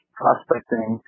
prospecting